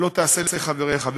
לא תעשה לחבריך.